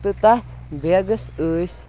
تہٕ تَتھ بیگَس ٲسۍ